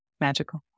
magical